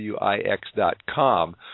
.wix.com